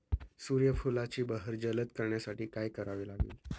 सूर्यफुलाची बहर जलद करण्यासाठी काय करावे लागेल?